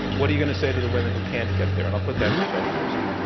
what are you going to say to the women who can't get there? and i'll put that to sheldon krimsky.